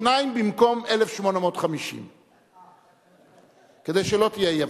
שניים במקום 1,850. כדי שלא תהיה אי-הבנה.